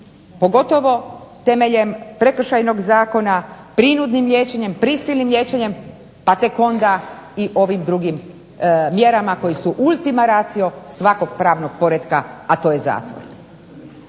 pogotovo temeljem Prekršajnog zakona, prinudnim liječenjem, prisilnim liječenjem pa tek onda i ovim drugim mjerama koje su ultima ratio svakog pravnog poretka, a to je zatvor.